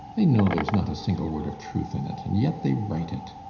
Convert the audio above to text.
they know there is not a single word of truth in it and yet they write it.